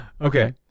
Okay